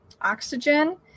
oxygen